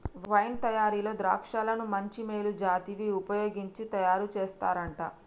wine తయారీలో ద్రాక్షలను మంచి మేలు జాతివి వుపయోగించి తయారు చేస్తారంట